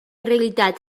realitat